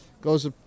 goes